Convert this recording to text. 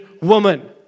woman